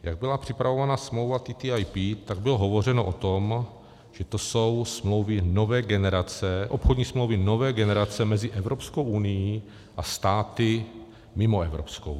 Jak byla připravována smlouva TTIP, tak bylo hovořeno o tom, že to jsou smlouvy nové generace, obchodní smlouvy nové generace mezi Evropskou unií a státy mimo Evropskou unii.